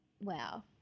wow